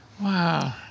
Wow